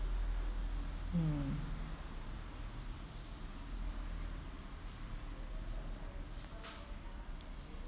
mm